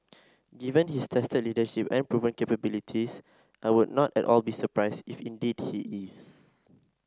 given his tested leadership and proven capabilities I would not at all be surprised if indeed he is